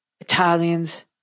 Italians